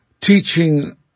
teaching